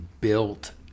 built